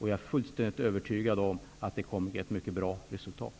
Jag är fullständigt övertygad om att den kommer att ge ett mycket bra resultat.